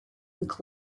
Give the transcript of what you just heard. bowling